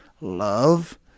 Love